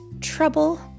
trouble